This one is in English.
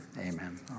Amen